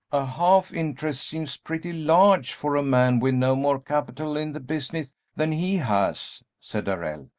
a half-interest seems pretty large for a man with no more capital in the business than he has, said darrell,